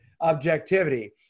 objectivity